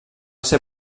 ser